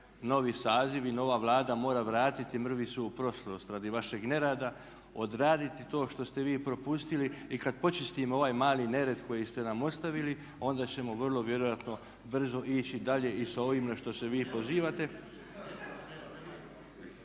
novi saziv i nova Vlada mora vratiti mrvicu u prošlost radi vašeg nerada, odraditi to što ste vi propustili i kada počistimo ovaj mali nered koji ste nam ostavili onda ćemo vrlo vjerojatno brzo ići dalje i sa ovime što se vi pozivate.